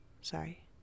sorry